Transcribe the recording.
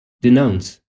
Denounce